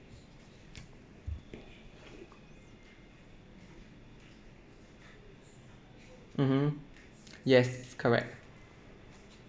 mmhmm yes correct